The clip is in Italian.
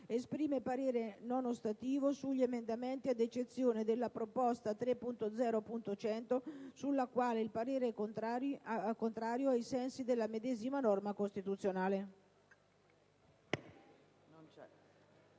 Esprime poi parere non ostativo sugli emendamenti ad eccezione della proposta 3.0.100 sulla quale il parere è contrario, ai sensi della medesima norma costituzionale».